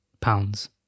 pounds